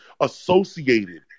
associated